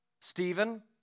Stephen